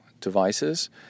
devices